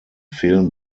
fehlen